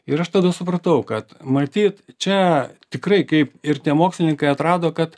ir aš tada supratau kad matyt čia tikrai kaip ir tie mokslininkai atrado kad